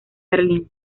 berlín